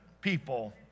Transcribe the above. people